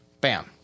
bam